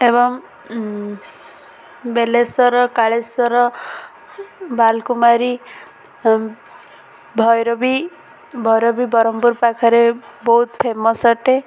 ଏବଂ ବେଲେଶ୍ୱଵର କାଳେଶ୍ଵର ବାଲକୁମାରୀ ଭୈରବୀ ଭୈରବୀ ବ୍ରହ୍ମପୁର ପାଖରେ ବହୁତ ଫେମସ୍ ଅଟେ